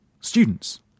students